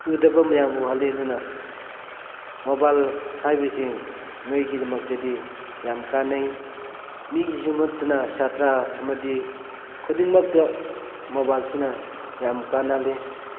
ꯎꯗꯕ ꯃꯌꯥꯝ ꯎꯍꯜꯂꯤ ꯑꯗꯨꯅ ꯃꯣꯕꯥꯏꯜ ꯍꯥꯏꯕꯁꯤ ꯃꯣꯏꯒꯤꯗꯃꯛꯇꯗꯤ ꯌꯥꯝ ꯀꯥꯟꯅꯩ ꯃꯤꯒꯤꯁꯨ ꯅꯠꯅ ꯁꯥꯠꯇ꯭ꯔ ꯑꯃꯗꯤ ꯈꯨꯗꯤꯡꯃꯛꯇ ꯃꯣꯕꯥꯏꯜꯁꯤꯅ ꯌꯥꯝ ꯀꯥꯟꯅ ꯍꯜꯂꯤ